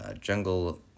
jungle